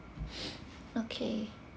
okay